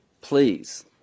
Please